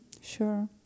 Sure